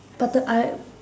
but the I